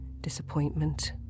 disappointment